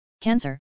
Cancer